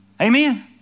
Amen